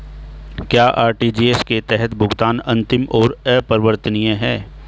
क्या आर.टी.जी.एस के तहत भुगतान अंतिम और अपरिवर्तनीय है?